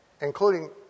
including